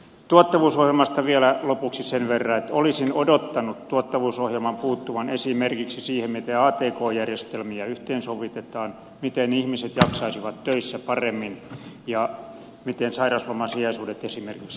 tuottavuusohjelmasta vielä lopuksi sen verran että olisin odottanut tuottavuusohjelman puuttuvan esimerkiksi siihen miten atk järjestelmiä yhteensovitetaan miten ihmiset jaksaisivat töissä paremmin ja miten esimerkiksi sairauslomasijaisuudet hoidetaan